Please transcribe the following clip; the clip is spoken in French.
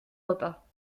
repas